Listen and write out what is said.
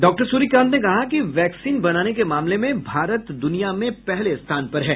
doctor Suryakant ने कहा कि वैक्सीन बनाने के मामले में भारत दुनिया में पहले स्थान पर है